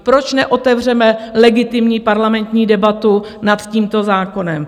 Proč neotevřeme legitimní parlamentní debatu nad tímto zákonem?